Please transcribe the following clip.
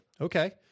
Okay